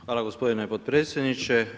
Hvala gospodine potpredsjedniče.